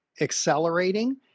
accelerating